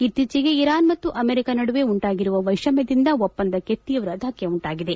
ಇತ್ತೀಚೆಗೆ ಇರಾನ್ ಮತ್ತು ಅಮೆರಿಕ ನಡುವೆ ಉಂಟಾಗಿರುವ ವೈಷಮ್ತದಿಂದ ಒಪ್ಪಂದಕ್ಕೆ ತೀವ್ರ ಧಕ್ಕೆ ಉಂಟಾಗಿದೆ